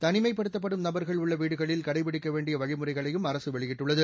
தனிமைப்படுத்தப்படும் நபர்கள் உள்ள வீடுகளில் கடைபிடிக்க வேண்டிய வழிமுறைகளையும் அரசு வெளியிட்டுள்ளது